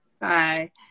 Bye